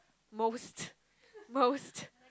most most